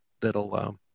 that'll